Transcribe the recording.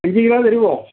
അഞ്ച് കിലോ തരുമോ